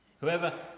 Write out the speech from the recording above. Whoever